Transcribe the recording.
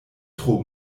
tro